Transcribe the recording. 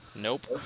nope